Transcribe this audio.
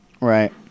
Right